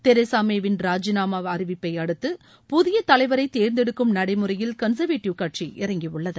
Teresa May வின் ராஜினாமா அறிவிப்பை அடுத்து புதிய தலைவரை தேர்ந்தெடுக்கும் நடைமுறையில் கன்சர்வேட்டிவ் கட்சி இறங்கியுள்ளது